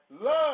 love